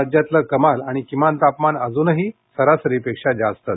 राज्यातलं कमाल आणि किमान तापमान अजूनही सरासरीपेक्षा जास्तच